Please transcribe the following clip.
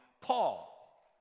Paul